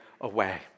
away